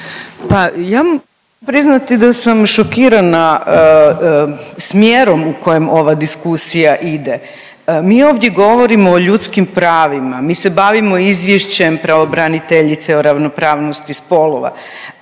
ja moram priznati da sam šokirana smjerom u kojem ova diskusija ide. Mi ovdje govorimo o ljudskim pravima, mi se bavimo izvješćem pravobraniteljice o ravnopravnosti spolova